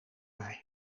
mij